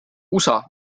usa